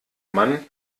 mann